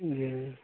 जी